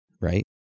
right